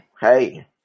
hey